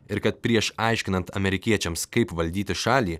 ir kad prieš aiškinant amerikiečiams kaip valdyti šalį